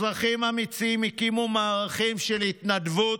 אזרחים אמיצים הקימו מערכים של התנדבות,